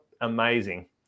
amazing